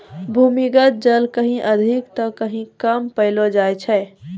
भूमीगत जल कहीं अधिक त कहीं कम पैलो जाय छै